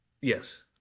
Yes